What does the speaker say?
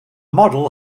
model